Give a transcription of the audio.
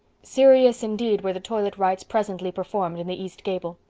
serious indeed were the toilet rites presently performed in the east gable.